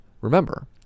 Remember